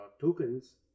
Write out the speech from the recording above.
tokens